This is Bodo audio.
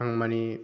आं मानि